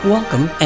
Welcome